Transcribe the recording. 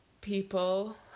people